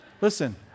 Listen